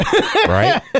right